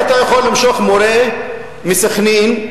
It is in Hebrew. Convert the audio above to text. למשרד הביטחון,